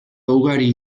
ugari